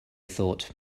thought